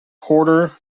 quarter